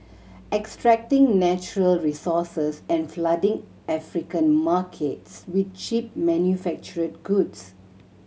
extracting natural resources and flooding African markets with cheap manufactured goods